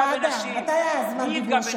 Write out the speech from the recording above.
אמסלם החמוד, תן לנו רגע להחליק איזו מילה.